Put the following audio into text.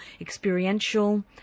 experiential